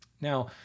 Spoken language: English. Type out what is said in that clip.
Now